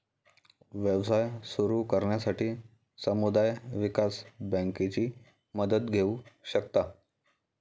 व्यवसाय सुरू करण्यासाठी समुदाय विकास बँकेची मदत घेऊ शकता